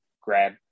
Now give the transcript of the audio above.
grab